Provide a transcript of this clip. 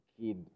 kid